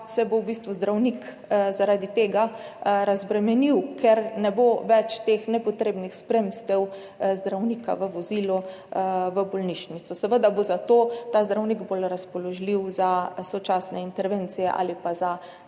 se bo v bistvu zdravnik zaradi tega razbremenil, ker ne bo več teh nepotrebnih spremstev zdravnika v vozilu v bolnišnico. Seveda bo zato ta zdravnik bolj razpoložljiv za sočasne intervencije ali pa za